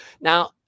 Now